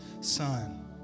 son